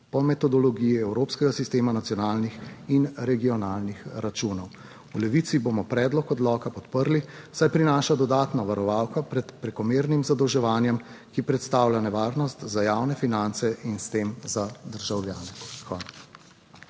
po metodologiji evropskega sistema nacionalnih in regionalnih računov. V Levici bomo predlog odloka podprli, saj prinaša dodatno varovalko pred prekomernim zadolževanjem, ki predstavlja nevarnost za javne finance in s tem za državljane. Hvala.